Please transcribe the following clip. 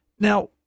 Now